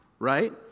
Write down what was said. right